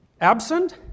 absent